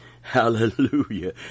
Hallelujah